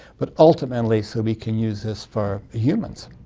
but ultimately so we can use this for humans.